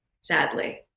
sadly